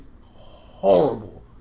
horrible